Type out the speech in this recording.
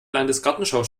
landesgartenschau